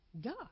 God